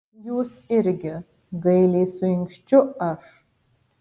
jūs irgi gailiai suinkščiu aš